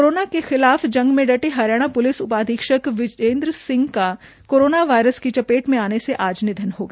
corona के खिलाफ जंग में डटे हरियाणा प्लिस उपाधीक्षक विरेन्द्र सिंह का कोरोनावायरस की चपेट में आने से आज निधन हो गया